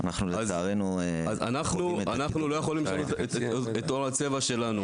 אנחנו לא יכולים לשנות את צבע העור שלנו,